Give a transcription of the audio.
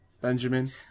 Benjamin